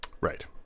right